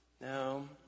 Now